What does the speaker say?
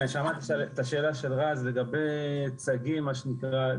שמעתי את השאלה של רז לגבי צגים מה שנקרא,